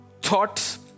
thoughts